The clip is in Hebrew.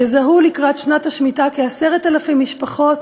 יזהו לקראת שנת השמיטה כ-10,000 משפחות